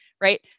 Right